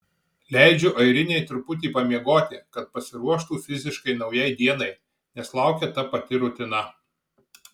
leidžiu airinei truputį pamiegoti kad pasiruoštų fiziškai naujai dienai nes laukia ta pati rutina